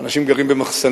אנשים גרים במחסנים,